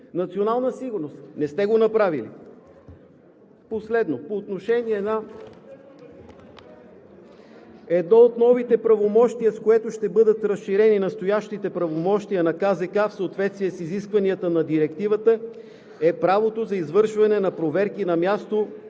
Национална сигурност – не сте го направили. (Реплики.) Последно. По отношение на едно от новите правомощия, с което ще бъдат разширени настоящите правомощия на КЗК в съответствие с изискванията на Директивата, е правото за извършване на проверки на място